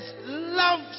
love